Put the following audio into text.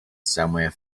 somewhere